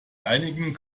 einigen